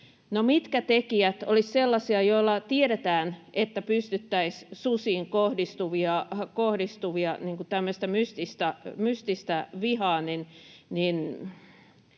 mitkä tekijät olisivat sellaisia, joilla tiedetään, että pystyttäisiin susiin kohdistuvaa tämmöistä mystistä vihaa